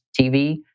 TV